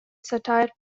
satire